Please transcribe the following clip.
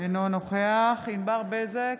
אינו נוכח ענבר בזק,